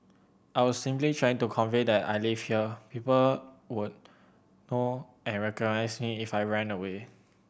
I was simply trying to convey that I lived here people would know and recognize me if I ran away